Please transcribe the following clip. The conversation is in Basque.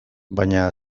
baina